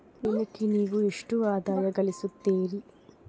ದಿನಕ್ಕೆ ನೇವು ಎಷ್ಟು ಆದಾಯವನ್ನು ಗಳಿಸುತ್ತೇರಿ?